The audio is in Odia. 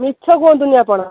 ମିଛ କୁହନ୍ତୁନି ଆପଣ